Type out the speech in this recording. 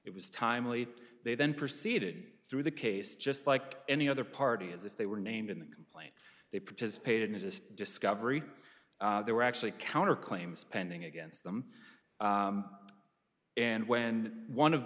it was timely they then proceeded through the case just like any other party as if they were named in the complaint they participated in just discovery they were actually counter claims pending against them and when one of